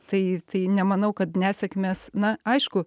tai tai nemanau kad nesėkmes na aišku